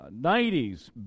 90s